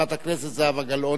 חברת הכנסת זהבה גלאון,